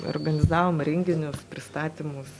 organizavom renginius pristatymus